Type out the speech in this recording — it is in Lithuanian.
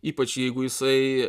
ypač jeigu jisai